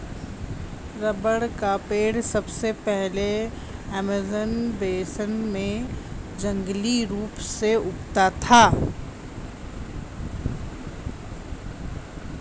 rubber का पेड़ सबसे पहले अमेज़न बेसिन में जंगली रूप से उगता था